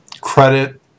credit